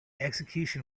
execution